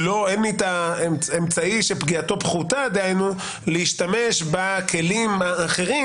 אין את האמצעי שפגיעתו פחותה להשתמש בכלים האחרים